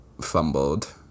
fumbled